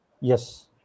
Yes